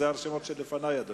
אלה הרשימות שלפני, אדוני.